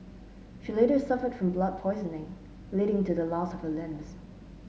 she later suffered from blood poisoning leading to the loss of her limbs